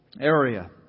area